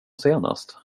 senast